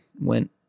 went